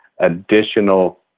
additional